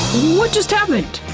what just happened!